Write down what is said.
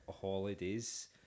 holidays